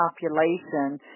population